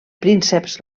prínceps